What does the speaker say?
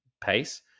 pace